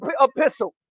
epistle